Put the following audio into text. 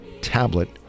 tablet